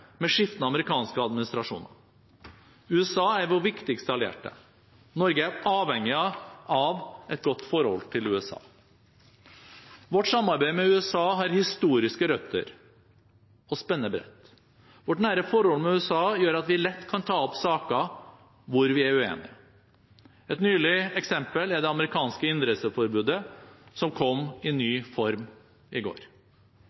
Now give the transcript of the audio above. med skiftende amerikanske administrasjoner. USA er vår viktigste allierte. Norge er avhengig av et godt forhold til USA. Vårt samarbeid med USA har historiske røtter og spenner bredt. Vårt nære forhold til USA gjør at vi lett kan ta opp saker hvor vi er uenige – et nylig eksempel er det amerikanske innreiseforbudet, som kom i ny form i går.